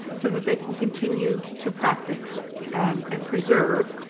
so that they can continue to practice and preserve,